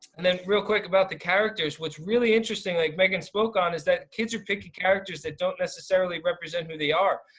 and then real quick about the characters what's really interesting like megan spoke on is that kids would pick characters that don't necessarily represent who they are.